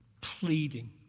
pleading